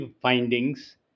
findings